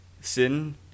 sin